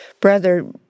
brother